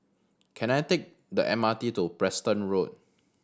can I take the M R T to Preston Road